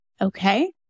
okay